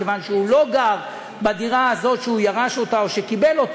מכיוון שהוא לא גר בדירה שהוא ירש או קיבל,